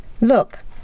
Look